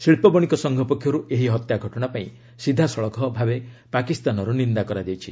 ଶିଳ୍ପ ବଶିକ ସଂଘ ପକ୍ଷରୁ ଏହି ହତ୍ୟା ଘଟଣା ପାଇଁ ସିଧାସଳଖ ଭାବେ ପାକିସ୍ତାନର ନିନ୍ଦା କରାଯାଇଛି